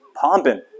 pumping